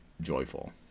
joyful